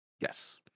yes